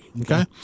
Okay